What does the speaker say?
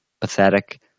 pathetic